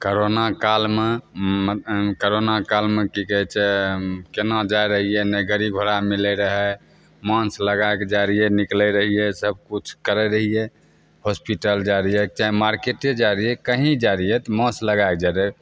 corona कालमे corona कालमे की कहै छै केना जाय रहियै नहि गड़ी घोड़ा मिलै रहै मास्क लगाएके जाइ रहियै निकलै रहियै सब किछु करै रहियै होस्पिटल जाय रहियै चाहे मार्केटे जाय रहियै कहीं जाय रहियै तऽ मास्क लगाएके जाय रहियै